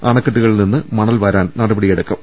അണക്കെട്ടുകളിൽനിന്ന് മണൽ വാരാൻ നടപടിയെടു ക്കും